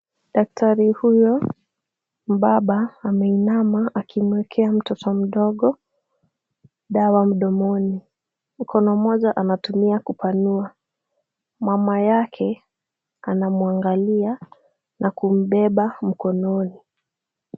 Daktari huyu mbaba ameinama akimwekea mtoto mdogo dawa mdomoni. Mkono mmoja anatumia kupanua. Mama yake anamwangalia na kumbeba mkononi.